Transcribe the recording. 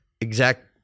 exact